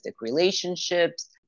relationships